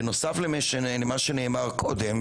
בנוסף למה שנאמר קודם,